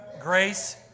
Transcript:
grace